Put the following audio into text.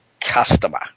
customer